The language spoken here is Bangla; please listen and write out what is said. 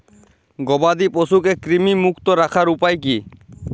গবাদি পশুকে কৃমিমুক্ত রাখার উপায় কী?